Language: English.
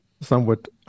somewhat